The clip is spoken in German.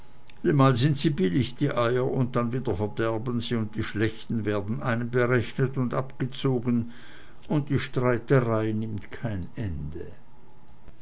mal sind sie billig die eier und dann wieder verderben sie und die schlechten werden einem berechnet und abgezogen und die streiterei nimmt kein ende